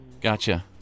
Gotcha